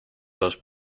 los